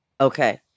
Okay